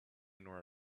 nor